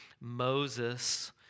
Moses